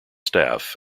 staff